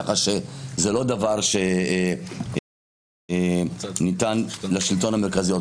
כך שזה לא דבר שניתן לשלטון המרכזי.